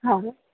हा